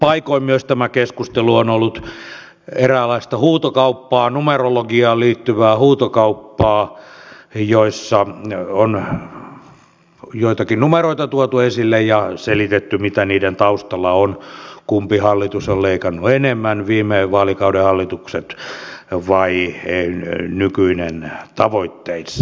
paikoin myös tämä keskustelu on ollut eräänlaista numerologiaan liittyvää huutokauppaa jossa on joitakin numeroita tuotu esille ja selitetty mitä niiden taustalla on kumpi hallitus on leikannut enemmän tavoitteistaan viime vaalikauden hallitukset vai nykyinen